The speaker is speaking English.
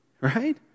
Right